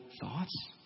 thoughts